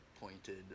pointed